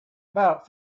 about